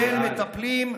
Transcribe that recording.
של מטפלים,